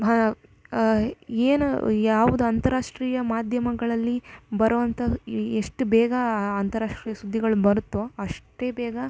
ಭ ಏನು ಯಾವುದು ಅಂತಾರಾಷ್ಟ್ರೀಯ ಮಾಧ್ಯಮಗಳಲ್ಲಿ ಬರುವಂಥ ಎಷ್ಟು ಬೇಗ ಅಂತಾರಾಷ್ಟ್ರೀಯ ಸುದ್ದಿಗಳು ಬರುತ್ತೋ ಅಷ್ಟೇ ಬೇಗ